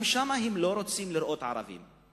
גם שם הם לא רוצים לראות ערבים.